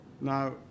Now